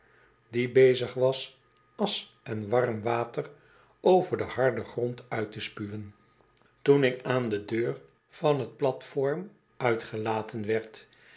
die bezig was asch en warm water over den harden grond uit te spuwen toen ik aan de deur van t platform uitgelaten werd